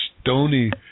stony